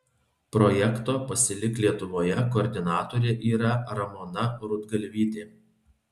projekto pasilik lietuvoje koordinatorė yra ramona rudgalvytė